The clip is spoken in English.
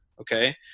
okay